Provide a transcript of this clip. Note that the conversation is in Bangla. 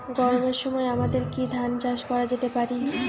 গরমের সময় আমাদের কি ধান চাষ করা যেতে পারি?